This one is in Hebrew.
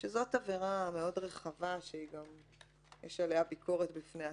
זאת עבירה מאוד רחבה שיש עליה ביקורת בפני עצמה.